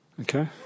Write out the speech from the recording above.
Okay